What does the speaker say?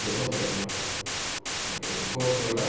discount கிடைக்குமா okay okay code சொல்லட்டா